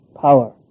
power